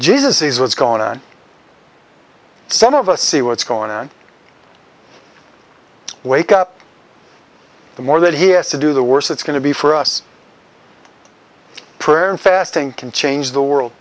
jesus is what's going on some of us see what's going on wake up the more that he has to do the worse it's going to be for us prayer and fasting can change the world